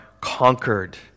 conquered